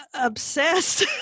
obsessed